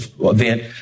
event